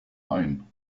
ein